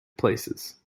places